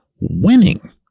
winning